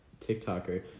TikToker